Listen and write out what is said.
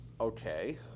Okay